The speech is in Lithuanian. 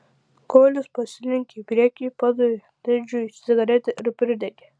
kolis pasilenkė į priekį padavė tedžiui cigaretę ir pridegė